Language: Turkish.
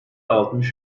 altmış